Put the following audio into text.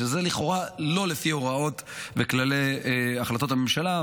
לכאורה זה לא לפי ההוראות והכללים של החלטות הממשלה,